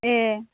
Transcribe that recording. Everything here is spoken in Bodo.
ए